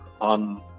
on